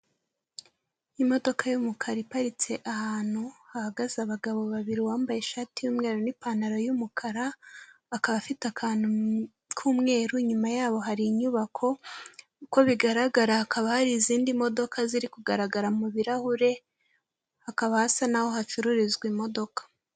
Imodoka y'umukara iparitse ahantu hahagaze abagabo babiri, uwambaye ishati y'umweru n'ipantaro y'umukara, akaba afite akantu k'umweru, inyuma y'aho hari inyubako, uko bigaragara hakaba hari izindi modoka ziri kugaragara mu birarahure, hakaba hasa n'aho hacururizwa imodoka.